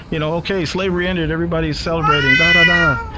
you know? okay, slavery ended, everybody's celebrating, dadada!